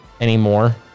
anymore